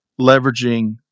leveraging